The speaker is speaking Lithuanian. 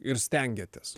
ir stengiatės